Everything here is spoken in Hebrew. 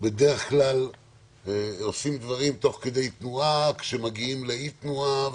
בדרך כלל עושים דברים תוך כדי תנועה כשמגיעים לאי-תנועה.